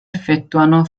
effettuano